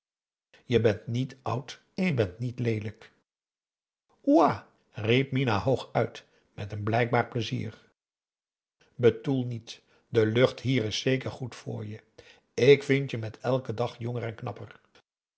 je bent niet oud en je bent niet leelijk ouah riep minah hoog uit met een blijkbaar pleizier betoel niet de lucht hier is zeker goed voor je ik vind je met elken dag jonger en knapper